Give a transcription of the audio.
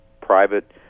private